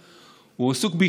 הוא עסוק בדברים אחרים,